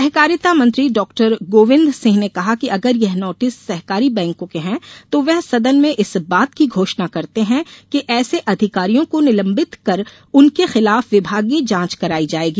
सहकारिता मंत्री डॉ गोविंद सिंह ने कहा कि अगर ये नोटिस सहकारी बैंकों के हैं तो वे सदन में इस बात की घोषणा करते हैं कि ऐसे अधिकारियों को निलंबित कर उनके खिलाफ विभागीय जांच करायी जाएगी